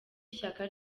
ishyaka